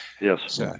Yes